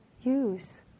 use